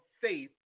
faith